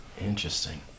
interesting